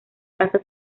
casa